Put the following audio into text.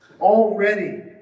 Already